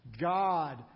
God